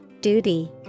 duty